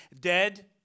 dead